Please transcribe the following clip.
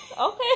Okay